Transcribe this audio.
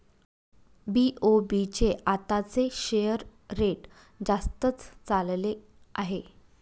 BOB चे आताचे share rate जास्तच चालले आहे